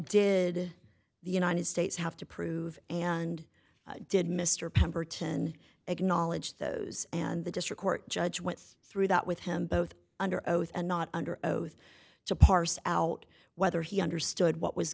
did the united states have to prove and did mr pemberton acknowledge those and the district court judge went through that with him both under oath and not under oath to parse out whether he understood what was